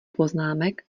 poznámek